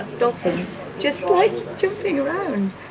dolphins just like jumping around